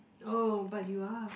oh but you are